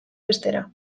bestera